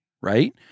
right